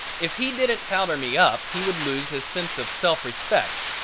if he didn't powder me up he would lose his sense of self-respect,